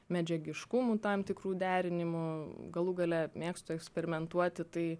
medžiagiškumų tam tikrų derinimų galų gale mėgstu eksperimentuoti tai